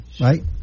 right